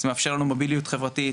זה מאפשר לנו בעצם מוביליות חברתית,